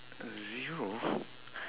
a zero